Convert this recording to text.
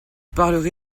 parlerai